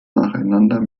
nacheinander